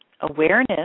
Awareness